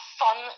fun